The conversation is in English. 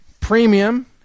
premium